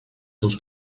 seus